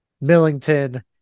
Millington